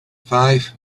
five